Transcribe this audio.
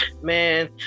Man